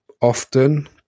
often